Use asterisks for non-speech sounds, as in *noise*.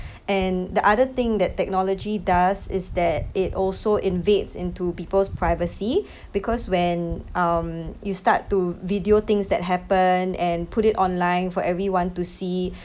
and the other thing that technology does is that it also invades into people's privacy *breath* because when um you start to video things that happen and put it online for everyone to see